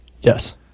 Yes